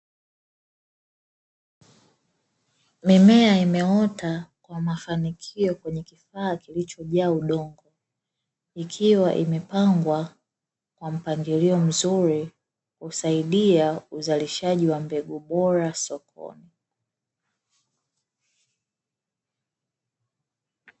Mimea imeota kwa mafanikio kwenye kifaa kilichojaa udongo, ikiwa imepangwa kwa mpangilio mzuri, husaidia uzalishaji wa mbegu bora sokoni.